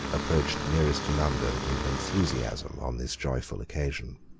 approached nearest to london in enthusiasm on this joyful occasion.